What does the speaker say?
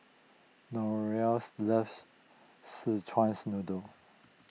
loves Szechuan's Noodle